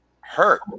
hurt